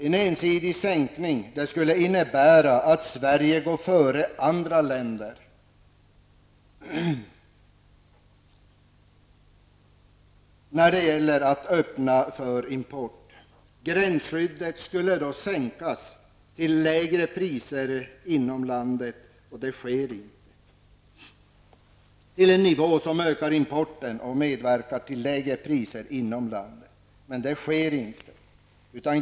En ensidig sänkning skulle innebära att Sverige går före andra länder när det gäller att öppna för import. Gränsskyddet skulle då sänkas till en nivå som innebär att importen ökar. Dessutom skulle detta medverka till lägre priser inom landet. Men så blir det alltså inte.